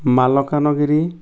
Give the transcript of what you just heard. Malkangiri